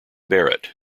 barnett